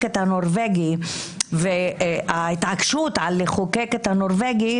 את הנורבגי וההתעקשות לחוקק את הנורבגי,